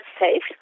safe